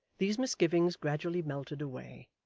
these misgivings gradually melted away,